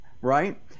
right